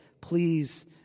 please